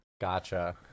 gotcha